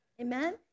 Amen